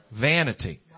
Vanity